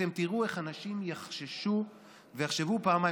אתם תראו איך אנשים יחששו ויחשבו פעמיים.